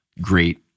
great